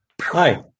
Hi